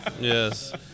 Yes